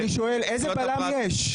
אני שואל איזה בלם יש.